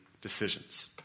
decisions